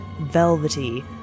velvety